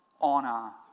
honor